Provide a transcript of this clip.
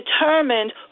determined